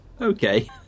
Okay